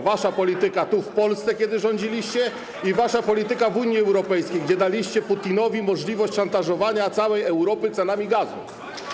Wasza polityka tu, w Polsce, kiedy rządziliście, i wasza polityka w Unii Europejskiej, gdzie daliście Putinowi możliwość szantażowania całej Europy cenami gazu.